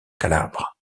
calabre